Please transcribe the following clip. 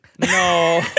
no